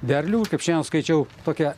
derlių kaip šiandien skaičiau tokią